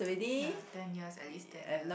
!aiya! ten years at least ten years